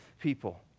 people